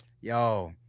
yo